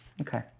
Okay